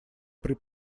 при